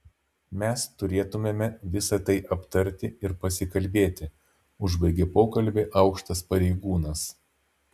mes turėtumėme visa tai aptarti ir pasikalbėti užbaigė pokalbį aukštas pareigūnas